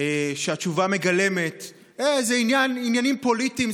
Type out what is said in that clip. שהתשובה מגלמת, זה עניינים פוליטיים,